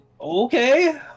Okay